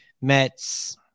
Mets